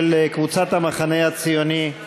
של קבוצת המחנה הציוני.